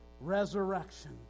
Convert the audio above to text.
resurrection